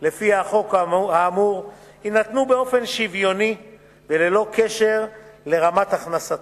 לפי החוק האמור יינתנו באופן שוויוני וללא קשר לרמת הכנסתו.